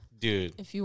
Dude